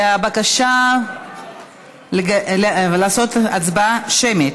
הבקשה היא לעשות הצבעה שמית.